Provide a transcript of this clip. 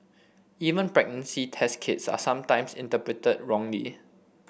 even pregnancy test kits are sometimes interpreted wrongly